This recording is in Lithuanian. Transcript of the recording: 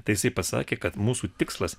tai jisai pasakė kad mūsų tikslas